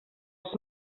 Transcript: els